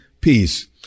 peace